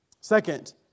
Second